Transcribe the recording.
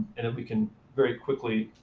and that we can very quickly